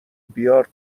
بیار